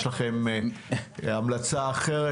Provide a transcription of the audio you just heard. יש לכם המלצה אחרת,